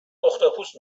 اختاپوس